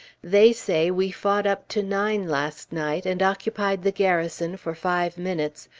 they say we fought up to nine last night, and occupied the garrison for five minutes,